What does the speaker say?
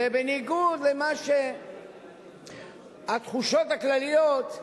ובניגוד לתחושות הכלליות,